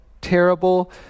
terrible